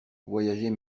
voyager